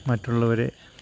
മറ്റുള്ളവരെ